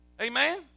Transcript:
Amen